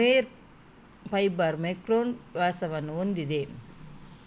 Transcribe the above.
mohair fibre micron ವ್ಯಾಸವನ್ನು ಹೊಂದಿದೆ